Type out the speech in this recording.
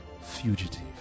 fugitive